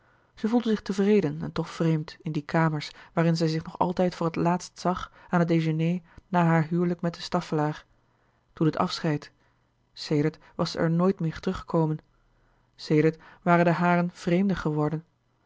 zij voelde zich tevreden en toch vreemd in die kamers waarin zij zich nog altijd voor het laatst zag aan het dejeuner na haar huwelijk met de staffelaer toen het afscheid sedert was zij er nooit meer teruggekomen sedert waren de haren vreemden geworden